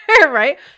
right